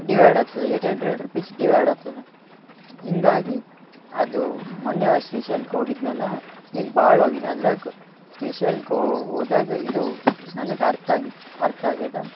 divide ಆಗ್ತದೆ eight hundred rupees divide ಆಗ್ತದ ಹಿಂಗಾಗಿ ಅದು ಮೊನ್ನೆ ಶ್ರೀಶೈಲಕ್ಕೆ ಹೋಗಿದ್ನಲ್ಲ ಹಿಂಗ್ ಭಾಳ ಹೋಗಿನಿ ಅದ್ರಾಗ ಶ್ರೀಶೈಲಕ್ಕೂ ಹೋದಾಗ್ ಇದು ನನಗೆ ಅರ್ಥ ಆಗಿತ್ತು ಅರ್ಥ ಆಗ್ಯದೆ